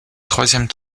troisième